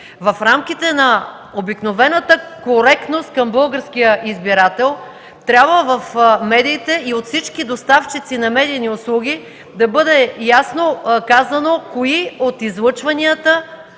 В рамките на обикновената коректност към българския избирател в медиите и от всички доставчици на медийни услуги трябва да бъде ясно казано кои от излъчванията,